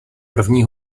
první